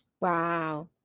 Wow